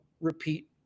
repeat